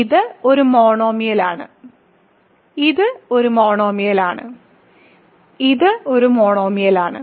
ഇത് ഒരു മോണോമിയലാണ് ഇതൊരു മോണോമിയലാണ് ഇതൊരു മോണോമിയലാണ്